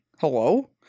Hello